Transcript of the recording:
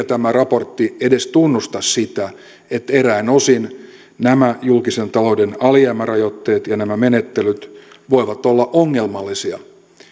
tämä raportti edes tunnusta sitä että eräin osin nämä julkisen talouden alijäämärajoitteet ja nämä menettelyt voivat olla ongelmallisia